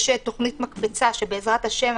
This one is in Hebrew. יש תוכנית מקפצה שבעזרת השם,